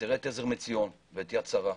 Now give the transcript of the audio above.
ותראה את עזר מציון ואת יד שרה,